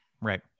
Right